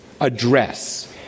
address